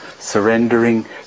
surrendering